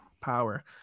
power